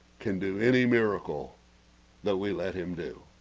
can do any miracle though, we let him, do